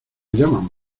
llaman